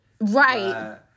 Right